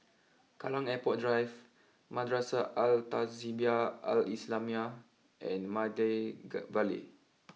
Kallang Airport Drive Madrasah Al Tahzibiah Al Islamiah and Maida Vale